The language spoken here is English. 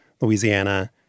Louisiana